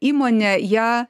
įmonė ją